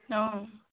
অঁ